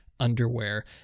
underwear